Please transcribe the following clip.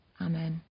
Amen